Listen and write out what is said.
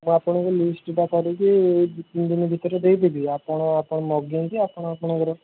ମୁଁ ଆପଣଙ୍କୁ ଲିଷ୍ଟ୍ଟା କରିକି ଏହି ଦୁଇ ତିନିଦିନ ଭିତରେ ଦେଇଦେବି ଆପଣ ଆପଣଙ୍କର ମଗାଇକି ଆପଣ ଆପଣଙ୍କର